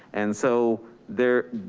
and so there,